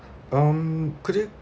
um could it